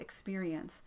experience